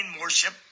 worship